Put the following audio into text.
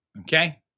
okay